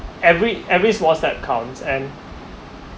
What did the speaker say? every every small step counts and